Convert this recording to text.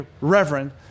Reverend